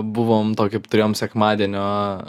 buvom tokį turėjom sekmadienio